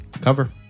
cover